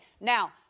now